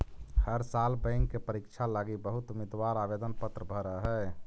हर साल बैंक के परीक्षा लागी बहुत उम्मीदवार आवेदन पत्र भर हई